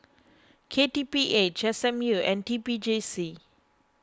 K T P H S M U and T P J C